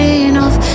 enough